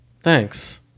Thanks